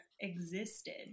existed